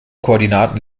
koordinaten